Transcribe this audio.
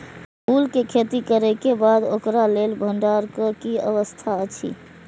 फूल के खेती करे के बाद ओकरा लेल भण्डार क कि व्यवस्था अछि?